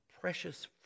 precious